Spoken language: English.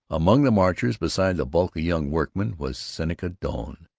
among the marchers, beside a bulky young workman, was seneca doane,